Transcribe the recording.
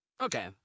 Okay